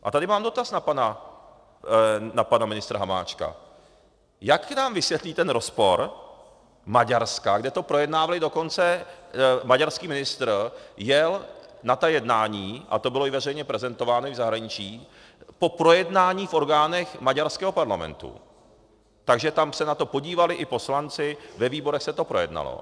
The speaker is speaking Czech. A tady mám dotaz na pana ministra Hamáčka, jak nám vysvětlí ten rozpor Maďarska, kde to projednávali, dokonce maďarský ministr jel na ta jednání, a to bylo veřejně prezentováno i v zahraničí, po projednání v orgánech maďarského parlamentu, takže tam se na to podívali i poslanci, ve výborech se to projednalo.